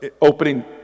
opening